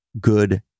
good